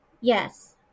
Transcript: Yes